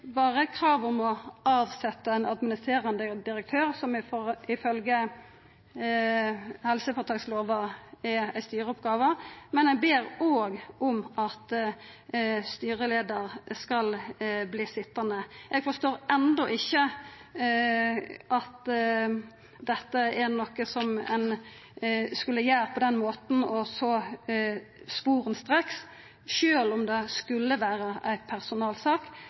berre med krav om å avsetja ein administrerande direktør, som ifølgje helseføretakslova er ei styreoppgåve, men ein ber også om at styreleiaren skal verta sitjande. Eg forstår enno ikkje at dette er noko som skulle gjerast på denne måten og så sporenstreks, sjølv om det skulle vera ei personalsak.